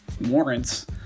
warrants